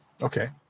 Okay